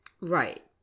Right